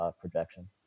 projection